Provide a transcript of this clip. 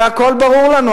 והכול ברור לנו,